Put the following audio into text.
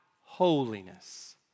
holiness